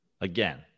Again